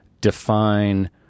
define